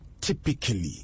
typically